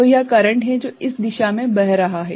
तो यह करंट है जो इस दिशा में बह रहा है